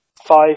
five